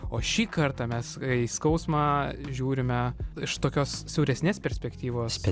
o šį kartą mes į skausmą žiūrime iš tokios siauresnės perspektyvos